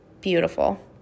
beautiful